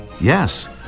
Yes